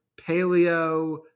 paleo